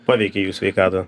paveikė jų sveikatą